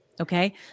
Okay